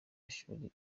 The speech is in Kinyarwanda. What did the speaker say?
ishuri